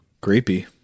Creepy